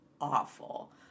awful